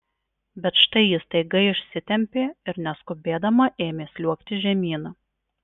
bet štai ji staiga išsitempė ir neskubėdama ėmė sliuogti žemyn